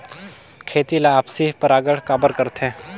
खेती ला आपसी परागण काबर करथे?